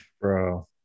bro